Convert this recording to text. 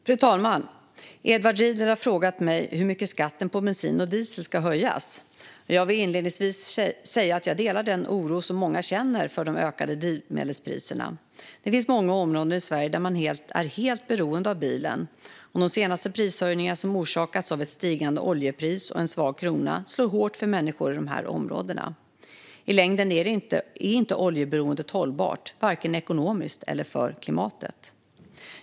Fru talman! Edward Riedl har frågat mig hur mycket skatten på bensin och diesel ska höjas. Jag vill inledningsvis säga att jag delar den oro som många känner för de ökande drivmedelspriserna. Det finns många områden i Sverige där man är helt beroende av bilen. De senaste prishöjningarna som orsakats av ett stigande oljepris och en svag krona slår hårt för människor i dessa områden. I längden är inte oljeberoendet hållbart, varken ekonomiskt eller för klimatet.